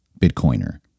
Bitcoiner